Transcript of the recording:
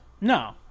No